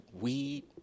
weed